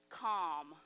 calm